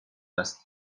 است